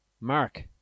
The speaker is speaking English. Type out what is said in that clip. Mark